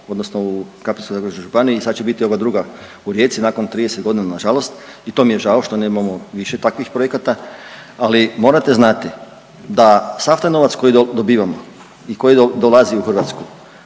odnosno u Krapinsko-zagorskoj županiji i sad će biti ova druga u Rijeci nakon 30 godina nažalost. I to mi je žao što nemamo više takvih projekata, ali morate znati da sav taj novac koji dobivamo i koji dolazi u Hrvatsku